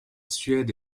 suède